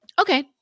Okay